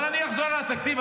אבל אני אחזור לתקציב.